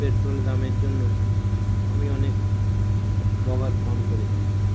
petrol দামের জন্য আমি অনেক ব্যবহার কম করে দিয়েছি